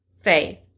faith